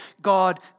God